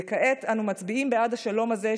וכעת אנו מצביעים בעד השלום הזה,